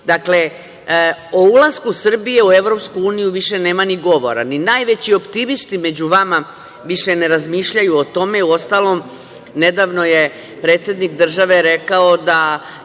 „D“.Dakle, o ulasku Srbije u EU više nema ni govora, ni najveći optimisti među vama više ne razmišljaju o tome. Uostalom, nedavno je predsednik države rekao da